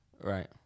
Right